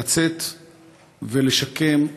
לצאת ולשקם,